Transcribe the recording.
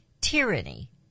Tyranny